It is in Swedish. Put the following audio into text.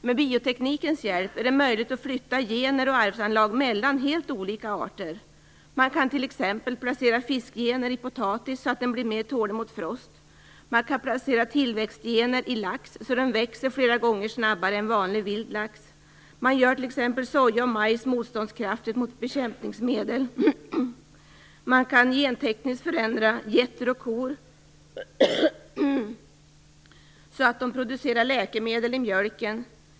Med bioteknikens hjälp är det möjligt att flytta gener och arvsanlag mellan helt olika arter. Man kan t.ex. placera fiskgener i potatis så att den blir mer tålig mot frost. Man kan placera tillväxtgener i lax så att den växer flera gånger snabbare än vanlig vild lax. Man gör soja och majs motståndskraftiga mot bekämpningsmedel. Man kan gentekniskt förändra getter och kor så att de producerar läkemedel i mjölken.